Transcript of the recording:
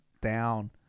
down